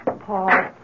Paul